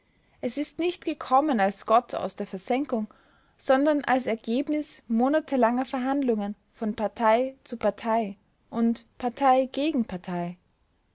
es ist nicht gekommen als gott aus der versenkung sondern als ergebnis monatelanger verhandlungen von partei zu partei und partei gegen